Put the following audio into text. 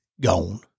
gone